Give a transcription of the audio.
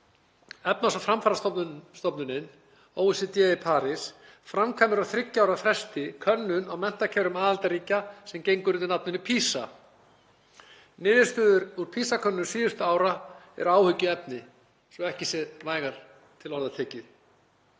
Efnahags- og framfarastofnunin, OECD, í París framkvæmir á þriggja ára fresti könnun á menntakerfum aðildarríkja sem gengur undir nafninu PISA. Niðurstöður úr PISA-könnunum síðustu ára eru áhyggjuefni, svo ekki sé vægar til orða tekið.